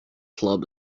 club